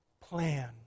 plan